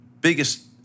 biggest